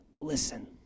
listen